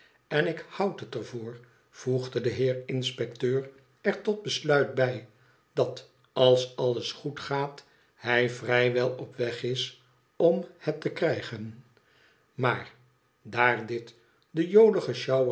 n ik houd het er voor voegde de heer inspectetu er tot besluit bij dat als alles goed gaat hij vrij wel op weg is om het te krijgen maar daar dit de